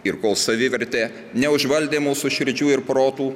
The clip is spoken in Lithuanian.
ir kol savivertė neužvaldė mūsų širdžių ir protų